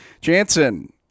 Jansen